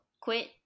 quit